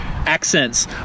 Accents